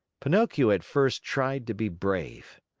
pinocchio at first tried to be brave,